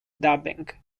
dubbing